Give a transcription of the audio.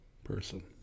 person